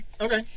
Okay